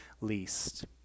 least